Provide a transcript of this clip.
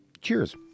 cheers